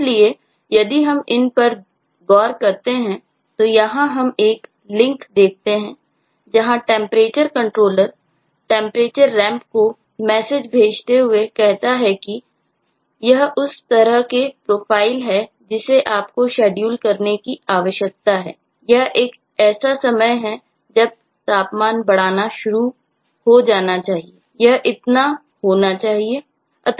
इसलिए यदि हम इन पर गौर करते हैं तो यहां हम एक लिंक भेजते हुए कहता है कि यह उस तरह की प्रोफाइल है जिसे आपको शेड्यूल करने की आवश्यकता है यह एक ऐसा समय है जब तापमान बढ़ना शुरू हो जाना चाहिए यह इतना होना चाहिए